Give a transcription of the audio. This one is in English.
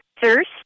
thirst